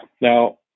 Now